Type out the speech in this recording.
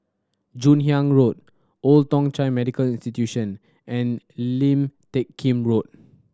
Joon Hiang Road Old Thong Chai Medical Institution and Lim Teck Kim Road